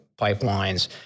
pipelines